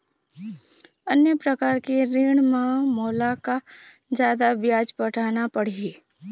अन्य प्रकार के ऋण म मोला का जादा ब्याज पटाना पड़ही?